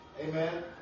Amen